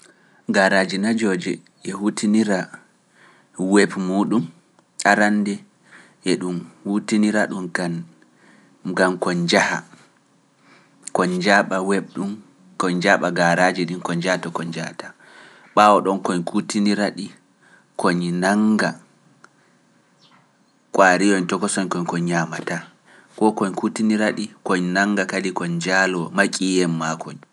garaji na jooje e hutinira web muɗum arande e ɗi kutinira ɗum gam koyn njaha, koyn jaaɓa web ɗum koyn jaaɓa garaji ɗin koyn jawɗo koyn njaha to koyn jahata. ɓawo ɗon koyn kutinira ɗi koñ nanga kwariyon tokosoñ koyn di ñamata, ko koyn kutinira ɗi koy nanga kadi koñ njaalo waynwaynbe maakoyñ.